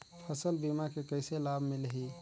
फसल बीमा के कइसे लाभ मिलही?